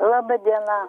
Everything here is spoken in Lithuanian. laba diena